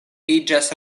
iĝas